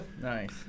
nice